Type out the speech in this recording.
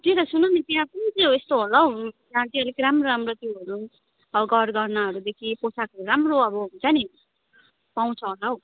त्यही त सुनन् त्यहाँ कुन चाहिँ यस्तो होला हौ जहाँ चाहिँ अलिक राम्रो राम्रो त्योहरू गरगहनाहरूदेखि पोसाकहरू राम्रो अब हुन्छ नि पाउँछ होला हौ